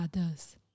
others